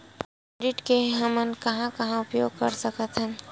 Credit के हमन कहां कहा उपयोग कर सकत हन?